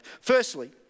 Firstly